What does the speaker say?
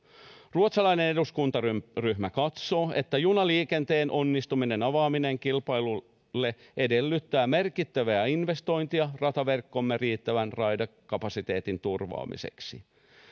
ruotsalainen eduskuntaryhmä katsoo että junaliikenteen onnistunut avaaminen kilpailulle edellyttää merkittäviä investointeja rataverkkoomme riittävän raidekapasiteetin turvaamiseksi